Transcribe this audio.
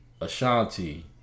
Ashanti